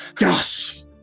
Yes